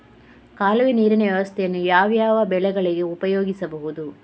ಕಾಲುವೆ ನೀರಿನ ವ್ಯವಸ್ಥೆಯನ್ನು ಯಾವ್ಯಾವ ಬೆಳೆಗಳಿಗೆ ಉಪಯೋಗಿಸಬಹುದು?